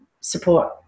support